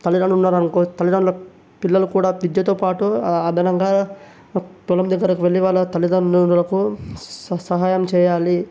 తల్లిదండ్రులు ఉన్నారు అనుకో తల్లిదండ్రుల పిల్లలు కూడా విద్యతో పాటు అదనంగా పొలం దగ్గరికి వెళ్లి వాళ్ళ తల్లిదండ్రులకు సహాయం చేయాలి